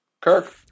Kirk